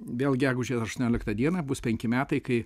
vėl gegužę aštuonioliktą dieną bus penki metai kai